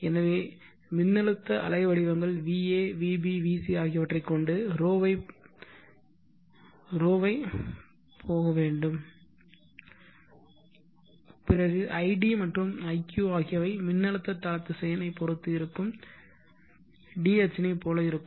எனவே மின்னழுத்த அலை வடிவங்கள் va vb vc ஆகியவற்றைக் கொண்டு ρ ஐப் போக வேண்டும் பிறகு id மற்றும் iq ஆகியவை மின்னழுத்த தல திசையன் ஐ பொறுத்து இருக்கும் d அச்சினை போல இருக்கும்